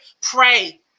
Pray